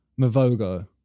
Mavogo